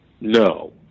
no